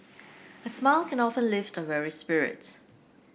a smile can often lift a weary spirit